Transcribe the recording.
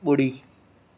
ॿुड़ी